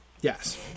Yes